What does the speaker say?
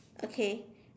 okay